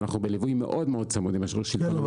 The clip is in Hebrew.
ואנחנו בליווי מאוד צמוד עם השלטון --- כן,